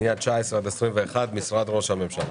פנייה 19 עד 21, משרד ראש הממשלה.